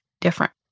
different